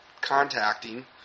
contacting